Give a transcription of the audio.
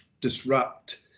disrupt